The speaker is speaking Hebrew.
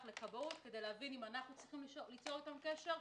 לכבאות כדי להבין אם אנחנו צריכים ליצור אתם קשר,